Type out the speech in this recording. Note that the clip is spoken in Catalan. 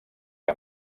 que